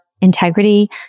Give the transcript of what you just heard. integrity